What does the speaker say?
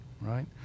right